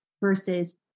versus